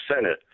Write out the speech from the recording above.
Senate